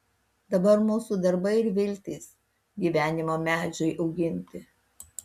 dabar mūsų darbai ir viltys gyvenimo medžiui auginti